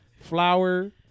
flour